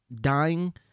dying